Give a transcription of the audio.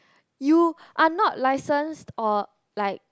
you are not licensed or like